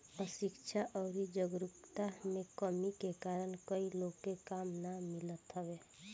अशिक्षा अउरी जागरूकता में कमी के कारण कई लोग के काम नाइ मिलत हवे